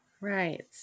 Right